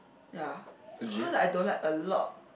ya cause I don't like a lot